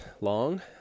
long